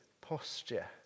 posture